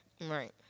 Right